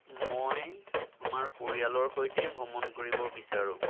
মই আমাৰ পৰিয়ালৰ সৈতেই ভ্ৰমণ কৰিব বিচাৰোঁ